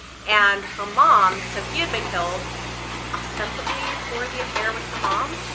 and her mom. so he had been killed ostensibly for the affair with her mom,